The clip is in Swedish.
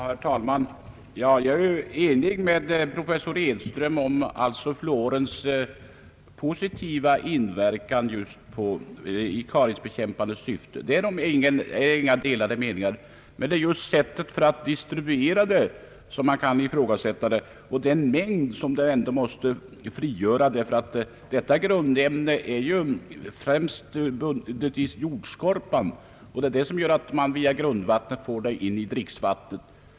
Herr talman! Jag är enig med professor Edström om fluorens positiva inverkan just i kariesbekämpande syfte, men frågan gäller sättet att distribuera fluor och den mängd som väl ändå måste frigöras. Detta grundämne är ju främst bundet i jordskorpan, och det är detta som gör att man via grundvattnet får in fluor i dricksvattnet.